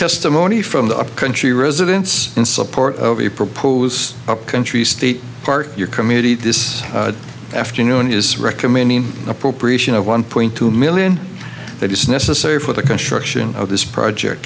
testimony from the country residents in support of you propose upcountry state park your community this afternoon is recommending appropriation of one point two million that is necessary for the construction of this project